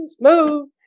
move